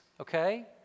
okay